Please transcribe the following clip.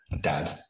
dad